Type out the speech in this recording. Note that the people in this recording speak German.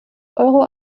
euro